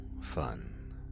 fun